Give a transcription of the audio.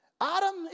Adam